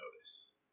notice